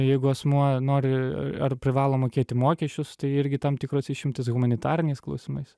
jeigu asmuo nori ar privalo mokėti mokesčius tai irgi tam tikros išimtys humanitariniais klausimais